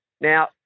Now